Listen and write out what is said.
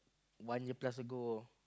one year plus ago